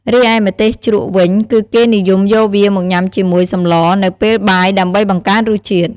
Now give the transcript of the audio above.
រីឯម្ទេសជ្រក់វិញ គឺគេនិយមយកវាមកញ៉ាំជាមួយសម្លរនៅពេលបាយដើម្បីបង្កើនរសជាតិ។